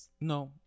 No